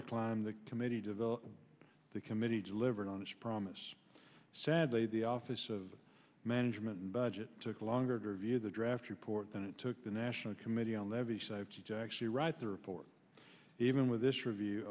to climb the committee development the committee delivered on its promise sadly the office of management and budget took longer to review the draft report than it took the national committee on levees actually write the report even with this review